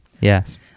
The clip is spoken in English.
Yes